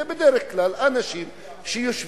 זה בדרך כלל אנשים שיושבים,